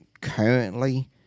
currently